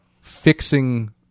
fixing